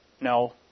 No